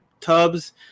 tubs